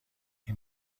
این